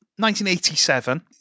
1987